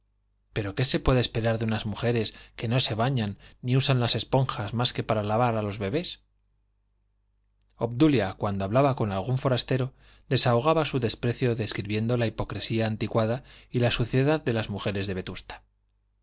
pero qué se puede esperar de unas mujeres que no se bañan ni usan las esponjas más que para lavar a los bebés obdulia cuando hablaba con algún forastero desahogaba su desprecio describiendo la hipocresía anticuada y la suciedad de las mujeres de vetusta